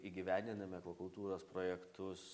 įgyvendiname akvakultūros projektus